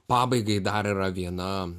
pabaigai dar yra viena